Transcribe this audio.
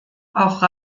auch